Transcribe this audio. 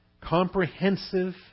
comprehensive